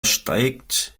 steigt